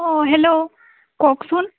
অ hello কওকচোন